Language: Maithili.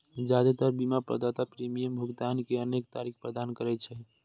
जादेतर बीमा प्रदाता प्रीमियम भुगतान के अनेक तरीका प्रदान करै छै